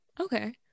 okay